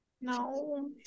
No